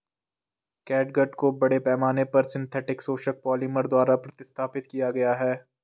catgut को बड़े पैमाने पर सिंथेटिक शोषक पॉलिमर द्वारा प्रतिस्थापित किया गया है